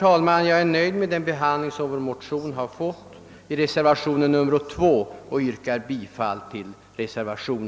Jag är som sagt nöjd med den behandling vår motion fått i reservationen 2 och ber att få yrka bifall till denna reservation.